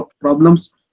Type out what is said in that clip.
problems